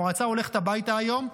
המועצה הולכת הביתה היום,